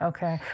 Okay